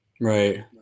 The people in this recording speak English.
Right